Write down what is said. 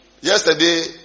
yesterday